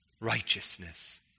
righteousness